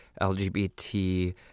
LGBT